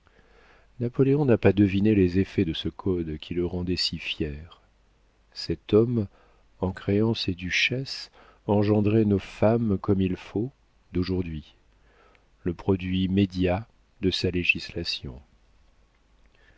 n'a pas deviné les effets de ce code qui le rendait si fier cet homme en créant ses duchesses engendrait nos femmes comme il faut d'aujourd'hui le produit médiat de sa législation